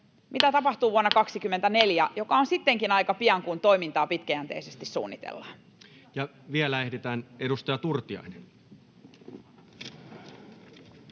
mitä tapahtuu vuonna 24, joka on sittenkin aika pian, kun toimintaa pitkäjänteisesti suunnitellaan. [Speech 108] Speaker: Toinen